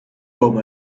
boom